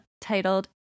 titled